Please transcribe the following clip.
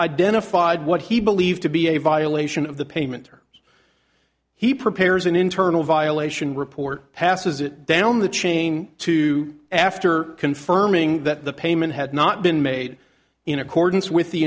identified what he believed to be a violation of the payment or as he prepares an internal violation report passes it down the chain to after confirming that the payment had not been made in accordance with the